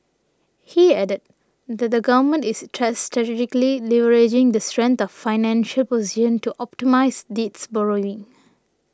he added that the government is strategically leveraging the strength of its financial position to optimise its borrowing